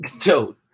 Joe